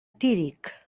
tírig